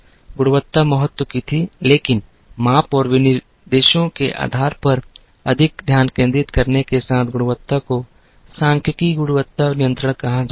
गुणवत्ता महत्व की थी लेकिन माप और विनिर्देशों के आधार पर अधिक ध्यान केंद्रित करने के साथ गुणवत्ता को सांख्यिकीय गुणवत्ता नियंत्रण कहा जाता है